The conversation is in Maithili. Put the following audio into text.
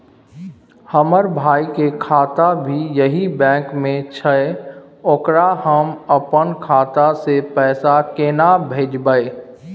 हमर भाई के खाता भी यही बैंक में छै ओकरा हम अपन खाता से पैसा केना भेजबै?